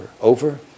over